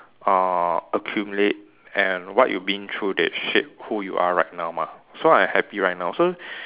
uh accumulate and what you been through that shape who you are right now mah so I'm happy right now so